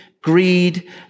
greed